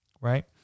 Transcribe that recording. right